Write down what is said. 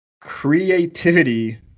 creativity